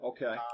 Okay